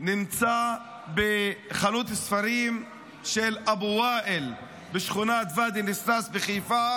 נמצא בחנות הספרים של אבו וואהל בשכונת ואדי ניסנאס בחיפה